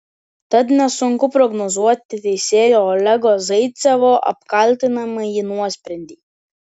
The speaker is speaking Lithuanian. tad nesunku prognozuoti teisėjo olego zaicevo apkaltinamąjį nuosprendį